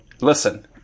listen